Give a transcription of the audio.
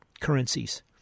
currencies